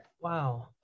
Wow